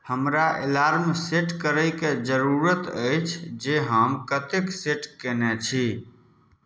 हमरा alarm set करयके जरूरत अछि जे हम कतेक सेट कयने छी